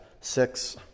six